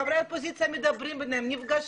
חברי האופוזיציה מדברים ביניהם ונפגשים.